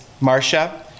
Marcia